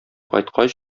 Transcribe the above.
кайткач